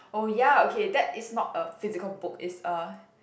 oh ya okay that is not a physical book it's a